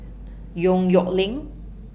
Yong Nyuk Lin